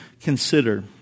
consider